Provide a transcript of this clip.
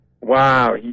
Wow